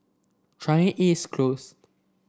Changi East Close